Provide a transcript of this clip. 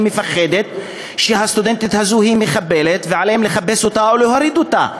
מפחדת שהסטודנטית הזו היא מחבלת ועליהם לחפש עליה ולהוריד אותה.